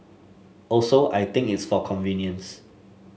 also I think it's for convenience